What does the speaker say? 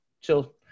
Chill